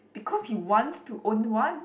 because he wants to own one